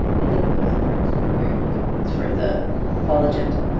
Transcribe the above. i think those are two very good topics for the fall agenda.